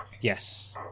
Yes